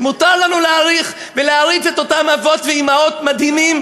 מותר לנו להעריך ולהעריץ את אותם אבות ואימהות מדהימים,